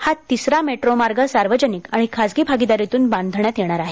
हा तिसरा मेट्रो मार्ग सार्वजनिक आणि खासगी भागीदारीतून बांधण्यात येणार आहे